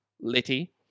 Litty